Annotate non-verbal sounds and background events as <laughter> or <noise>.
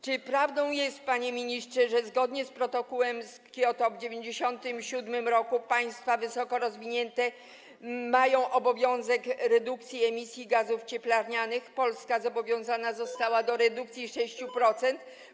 Czy prawdą jest, panie ministrze, że zgodnie z protokołem z Kioto z 1997 r. państwa wysoko rozwinięte mają obowiązek redukcji emisji gazów cieplarnianych i Polska zobowiązana została <noise> do redukcji o 6%?